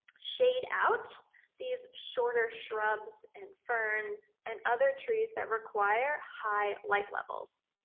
shade out these shorter shrubs and ferns and other trees that require high light levels.